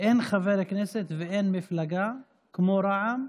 אין חבר כנסת ואין מפלגה כמו רע"מ,